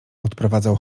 odprowadzał